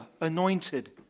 anointed